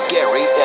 Gary